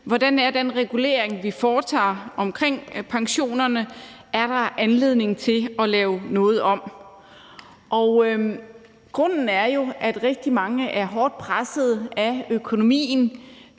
hvordan den regulering, vi foretager omkring pensionerne, er, og om der er anledning til at lave noget om. Grunden til det er jo, at rigtig mange er hårdt presset af økonomien;